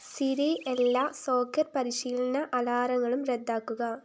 Siri എല്ലാ soccer പരിശീലന അലാറങ്ങളും റദ്ദാക്കുക